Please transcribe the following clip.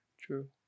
true